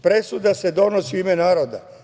Presuda se donosi u ime naroda.